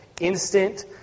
instant